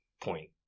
point